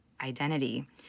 identity